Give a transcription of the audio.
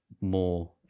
more